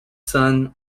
son